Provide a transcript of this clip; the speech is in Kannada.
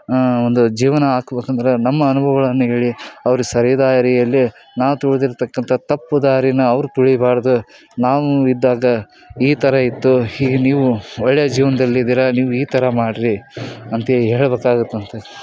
ಹಾಂ ಒಂದು ಜೀವನ ಆಹಾಕ್ಬೇಕಂದ್ರೆ ನಮ್ಮ ಅನುಭವಗಳನ್ನ ಹೇಳಿ ಅವ್ರಿಗೆ ಸರಿದಾರಿಯಲ್ಲಿ ನಾವು ತುಳ್ದಿರ್ತಕ್ಕಂಥ ತಪ್ಪು ದಾರಿನ ಅವ್ರು ತುಳಿಬಾರ್ದು ನಾವು ಇದ್ದಾಗ ಈ ಥರ ಇತ್ತು ಹೀಗೆ ನೀವು ಒಳ್ಳೆ ಜೀವನ್ದಲ್ಲಿ ಇದ್ದೀರ ನೀವು ಈ ಥರ ಮಾಡಿರಿ ಅಂಥೇಳಿ ಹೇಳಬೇಕಾಗುತ್ತಂತೆ